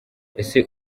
ese